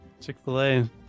Chick-fil-A